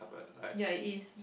ya it is